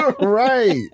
Right